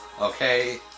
Okay